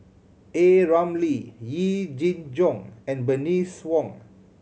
A Ramli Yee Jenn Jong and Bernice Wong